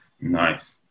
nice